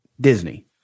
Disney